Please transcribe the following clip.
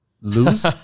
Lose